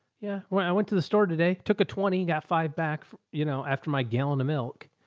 yeah. well, i went to the store today, took a twenty, got five back, you know, after my gallon of milk.